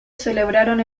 celebraron